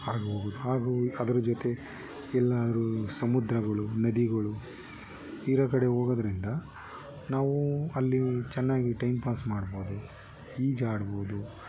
ಆಗಬಹುದು ಹಾಗೂ ಅದರ ಜೊತೆ ಎಲ್ಲರೂ ಸಮುದ್ರಗಳು ನದಿಗಳು ಇರೋ ಕಡೆ ಹೋಗೋದ್ರಿಂದ ನಾವೂ ಅಲ್ಲಿ ಚೆನ್ನಾಗಿ ಟೈಮ್ ಪಾಸ್ ಮಾಡ್ಬೋದು ಈಜಾಡ್ಬೋದು